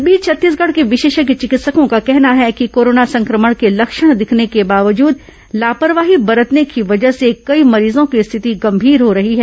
इस बीच छत्तीसगढ़ के विशेषज्ञ चिकित्सकों का कहना है कि कोरोना संक्रमण के लक्षण दिखने के बावजूद लापरवाही बरतने की वजह से कई मरीजों की स्थिति गंभीर हो रही है